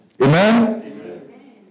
Amen